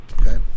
okay